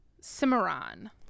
Cimarron